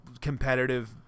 competitive